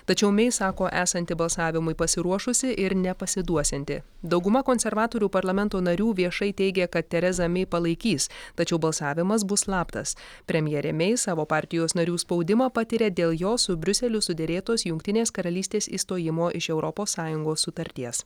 tačiau mei sako esanti balsavimui pasiruošusi ir nepasiduosianti dauguma konservatorių parlamento narių viešai teigė kad terezą mai palaikys tačiau balsavimas bus slaptas premjerė mei savo partijos narių spaudimą patiria dėl jos su briuseliu suderėtos jungtinės karalystės išstojimo iš europos sąjungos sutarties